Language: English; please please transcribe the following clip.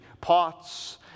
pots